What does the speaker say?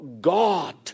God